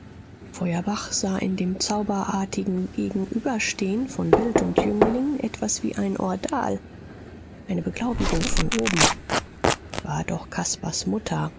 feuerbach sah in dem zauberartigen gegenüberstehen von bild und jüngling etwas wie ein ordal eine beglaubigung von oben war doch caspars mutter